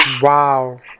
Wow